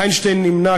איינשטיין נמנה,